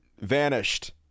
vanished